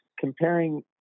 Comparing